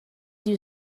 you